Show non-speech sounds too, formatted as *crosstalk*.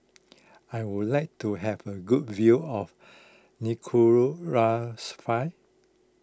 I would like to have a good view of *unintelligible*